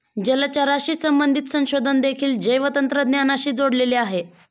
जलचराशी संबंधित संशोधन देखील जैवतंत्रज्ञानाशी जोडलेले आहे